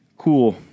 Cool